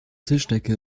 tischdecke